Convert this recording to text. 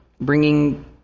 bringing